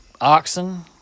oxen